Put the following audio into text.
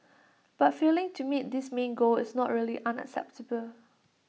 but failing to meet this main goal is not really unacceptable